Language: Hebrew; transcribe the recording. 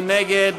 מי נגד?